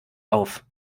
auf